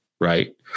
right